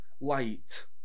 light